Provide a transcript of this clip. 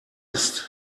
ist